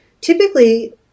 typically